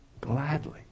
gladly